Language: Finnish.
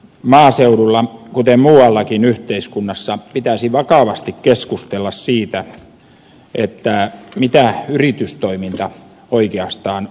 maaseudulla kuten muuallakin yhteiskunnassa pitäisi vakavasti keskustella siitä mitä yritystoiminta oikeastaan on